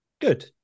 Good